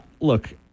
Look